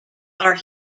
are